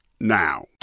now